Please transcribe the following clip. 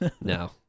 No